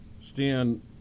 Stan